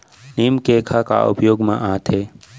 नीम cake ह का उपयोग मा आथे?